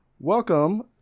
Welcome